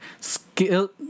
skill